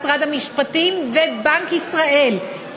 משרד המשפטים ובנק ישראל,